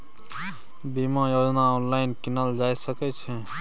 बीमा योजना ऑनलाइन कीनल जा सकै छै?